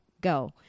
go